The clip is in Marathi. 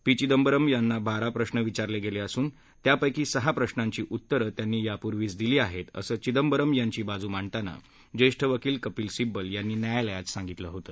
पी चिदंबरम यांना बारा प्रश्न विचारले गेले असून त्यापैकी सहा प्रश्नांची उत्तरं त्यांनी यापूर्वीच दिली आहेत असं चिदंबरम यांची बाजू मांडताना ज्येष्ठ वकील कपील सिब्बल यांनी न्यायालयात सांगितलं होतं